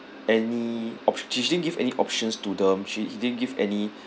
any ops~ she she didn't give any options to them she she didn't give any